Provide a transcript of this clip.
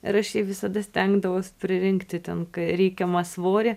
ir aš jai visada stengdavaus pririnkti ten reikiamą svorį